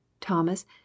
Thomas